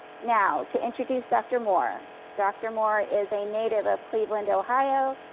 now, to introduce dr. moore. dr. moore is a native of cleveland, ohio,